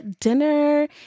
dinner